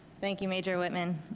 thank you major whitman.